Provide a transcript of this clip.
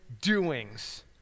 doings